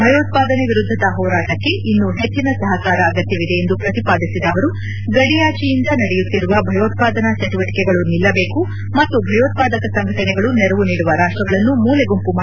ಭಯೋತ್ವಾದನೆ ವಿರುದ್ದದ ಹೋರಾಟಕ್ಕೆ ಇನ್ನೂ ಹೆಚ್ಚಿನ ಸಹಕಾರ ಅಗತ್ಯವಿದೆ ಎಂದು ಪ್ರತಿಪಾದಿಸಿದ ಅವರು ಗಡಿಯಾಚೆಯಿಂದ ನಡೆಯುತ್ತಿರುವ ಭಯೋತ್ವಾದನಾ ಚಟುವಟಿಕೆಗಳು ನಿಲ್ಲಬೇಕು ಮತ್ತು ಭಯೋತ್ಸಾದಕ ಸಂಘಟನೆಗಳು ನೆರವು ನೀಡುವ ರಾಷ್ಟಗಳನ್ನು ಮೂಲೆಗುಂಪು ಮಾಡಬೇಕು ಎಂದು ಹೇಳಿದರು